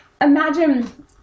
imagine